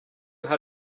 how